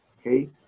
okay